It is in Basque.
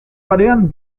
barean